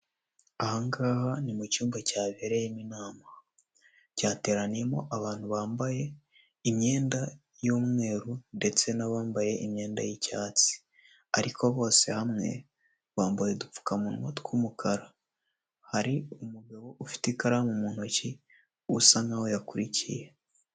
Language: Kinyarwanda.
Aha ngaha ni mu cyumba cyabereyemo inama. Cyateraniyemo abantu bambaye imyenda y'umweru, ndetse n'abambaye imyenda y'icyatsi. Ariko bose hamwe, bambaye udupfukamunwa tw'umukara. Hari umugabo ufite ikaramu mu ntoki, usa nk'aho yakurikiye.